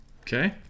Okay